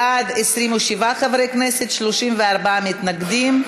בעד, 27 חברי כנסת, 34 מתנגדים,